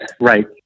Right